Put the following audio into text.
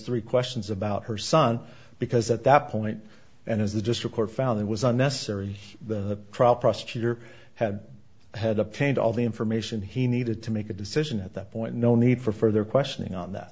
three questions about her son because at that point and as the just record found it was unnecessary the prosecutor had had the paint all the information he needed to make a decision at that point no need for further questioning on that